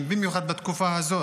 במיוחד בתקופה הזאת,